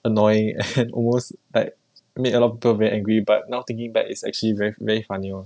annoying and almost like made a lot of people very angry but now thinking back it's actually very very funny lor